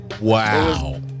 Wow